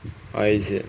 isaac